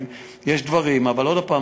יש דברים אבל עוד פעם,